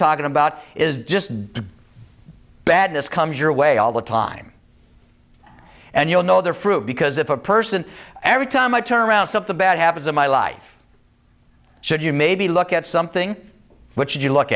talking about is just do badness comes your way all the time and you'll know their fruit because if a person every time i turn around something bad happens in my life should you maybe look at something which you look